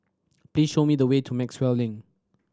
please show me the way to Maxwell Link